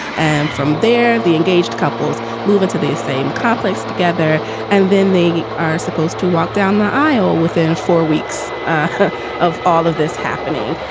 and from there, the engaged couples move into the same complex together and then they are supposed to walk down the aisle within four weeks ah of all of this happening.